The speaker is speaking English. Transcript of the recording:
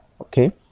okay